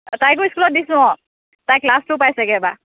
তাইকো স্কুলত দিছোঁ অঁ তাই ক্লাছ টু পাইছেগৈ এইবাৰ